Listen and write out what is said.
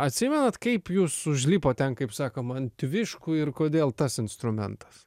atsimenat kaip jūs užlipot ten kaip sakoma ant viškų ir kodėl tas instrumentas